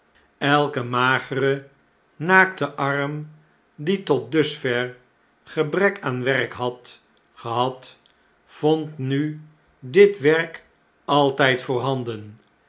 elke magere naakte arm die tot dusver gebrek aan werk had gehad vond nu dit werk altjjd voorhanden